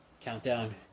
Countdown